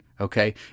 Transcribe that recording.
Okay